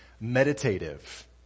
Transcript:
meditative